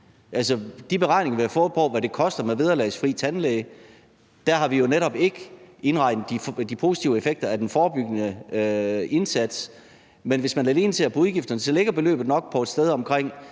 de beregninger, vi har fået, på, hvad det koster med vederlagsfri tandlægebehandling, har man jo netop ikke indregnet de positive effekter af den forebyggende indsats. Men hvis man alene ser på udgifterne, ligger beløbet nok et sted på omkring